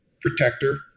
protector